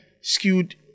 skewed